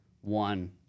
one